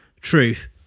truth